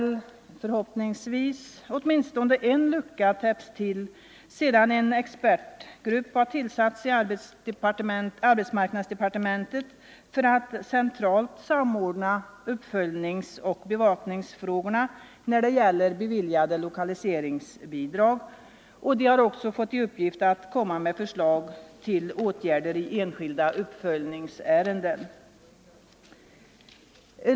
Nu har, förhoppningsvis, åtminstone en lucka täppts till sedan en expertgrupp tillsatts i arbetsmarknadsdepartementet för att centralt Översyn av samordna uppföljningsoch bevakningsfrågorna när det gäller beviljade konkurslagstiftninglokaliseringsbidrag. Den har också fått i uppgift att framlägga förslag en till åtgärder i enskilda uppföljningsärenden.